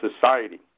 society